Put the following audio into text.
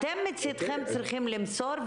אתם מצדכם צריכים למסור.